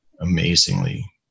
amazingly